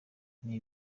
may